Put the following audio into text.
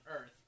Earth